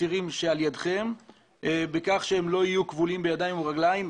עצירים כשהם לא כבולים בידיים וברגליים,